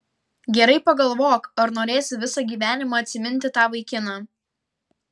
gerai pagalvok ar norėsi visą gyvenimą atsiminti tą vaikiną